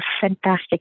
fantastic